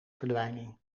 verdwijning